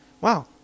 wow